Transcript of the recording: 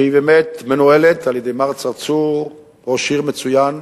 שהיא באמת מנוהלת על-ידי מר צרצור, ראש עיר מצוין,